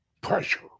pressure